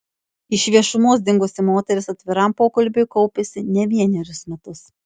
iš viešumos dingusi moteris atviram pokalbiui kaupėsi ne vienerius metus